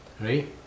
right